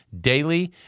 daily